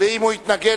ואם הוא יתנגד,